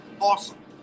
Awesome